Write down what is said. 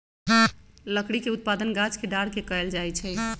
लकड़ी के उत्पादन गाछ के डार के कएल जाइ छइ